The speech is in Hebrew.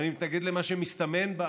ואני מתנגד למה שמסתמן בה,